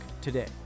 today